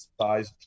size